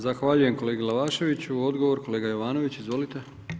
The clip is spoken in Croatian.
Zahvaljujem kolegi Glavaševiu, odgovor, kolega Jovanović, izvolite.